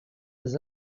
les